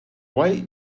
why